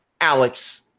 Alex